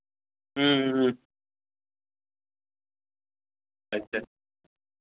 अच्छा